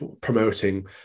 promoting